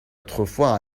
autrefois